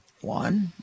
One